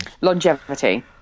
longevity